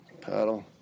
paddle